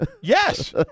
Yes